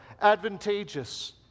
advantageous